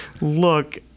look